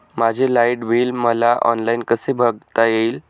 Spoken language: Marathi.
माझे लाईट बिल मला ऑनलाईन कसे बघता येईल?